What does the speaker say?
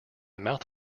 mouth